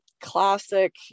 classic